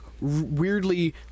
weirdly